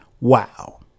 Wow